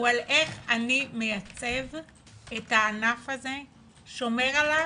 הוא על איך אני מייצב את הענף הזה, שומר עליו,